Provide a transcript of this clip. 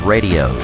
Radio